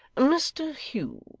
mr hugh,